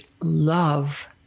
love